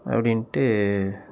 அப்படின்ட்டு